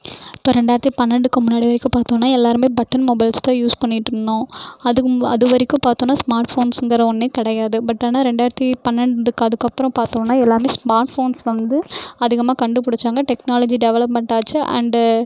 இப்போ ரெண்டாயிரத்து பன்னெண்டுக்கு முன்னாடி வரைக்கும் பார்த்தோன்னா எல்லாேருமே பட்டன் மொபைல்ஸ் தான் யூஸ் பண்ணிகிட்ருந்தோம் அதுக்கு அது வரைக்கும் பார்த்தோன்னா ஸ்மார்ட் போன்ஸுங்கிற ஒன்றே கிடையாது பட் ஆனால் ரெண்டாயிரத்து பன்னெண்டு அதுக்கப்புறம் பார்த்தோன்னா எல்லாமே ஸ்மார்ட் போன்ஸ் வந்து அதிகமாக கண்டுப் பிடிச்சாங்க டெக்னாலஜி டெவெலப்மெண்ட் ஆச்சு அண்டு